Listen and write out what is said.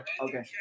Okay